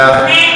מי בעד?